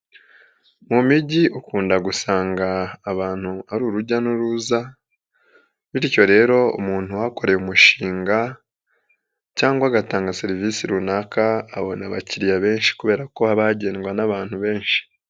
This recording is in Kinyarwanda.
Mu mijyi ukunda gusanga abantu ari urujya n'uruza, bityo rero umuntu uhakoreye umushinga cyangwa agatanga serivisi runaka abona abakiriya benshi kubera ko haba bagendwa n'abantu benshi.